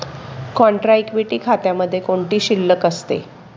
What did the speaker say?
Contra equity खात्यामध्ये कोणती शिल्लक असते?